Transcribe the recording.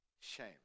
shame